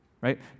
right